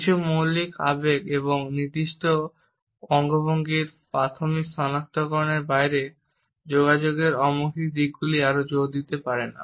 কিছু মৌলিক আবেগ এবং নির্দিষ্ট সার্বজনীন অঙ্গভঙ্গির প্রাথমিক সনাক্তকরণের বাইরে যোগাযোগের অমৌখিক দিকগুলি আরও জোর দিতে পারে না